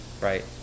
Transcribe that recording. right